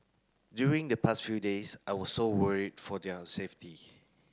during the past few days I was so worried for their safety